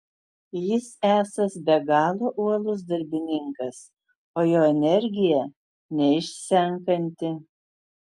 jis esąs be galo uolus darbininkas o jo energija neišsenkanti